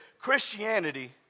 Christianity